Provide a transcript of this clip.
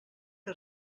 que